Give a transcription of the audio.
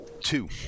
two